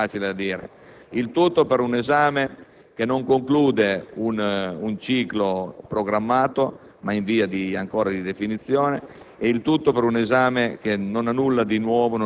di euro. Lo avevamo detto, ci verrebbe facile dire! Il tutto per un esame che non conclude un ciclo programmato, ma in via di definizione